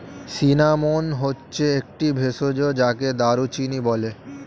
cinnamon হচ্ছে একটি ভেষজ যাকে দারুচিনি বলে